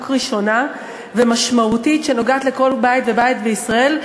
ראשונה שהיא משמעותית ונוגעת לכל בית ובית בישראל,